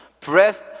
Breath